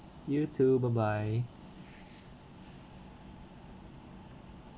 you too bye bye